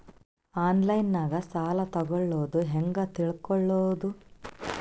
ಆನ್ಲೈನಾಗ ಸಾಲ ತಗೊಳ್ಳೋದು ಹ್ಯಾಂಗ್ ತಿಳಕೊಳ್ಳುವುದು?